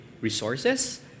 resources